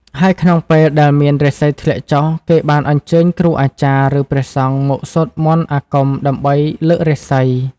ហើយក្នុងពេលដែលមានរាសីធ្លាក់ចុះ គេបានអញ្ជើញគ្រូអាចារ្យ ឬព្រះសង្ឃ មកសូត្រមន្តអាគមដើម្បីលើករាសី។